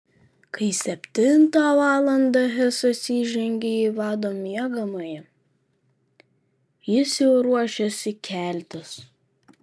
kai septintą valandą hesas įžengė į vado miegamąjį jis jau ruošėsi keltis